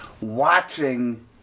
watching